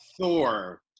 Thor